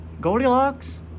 Goldilocks